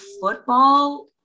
football